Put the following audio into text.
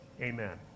Amen